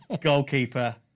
goalkeeper